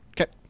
Okay